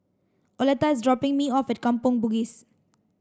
Oleta is dropping me off at Kampong Bugis